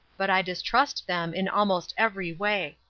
but i distrust them in almost every way.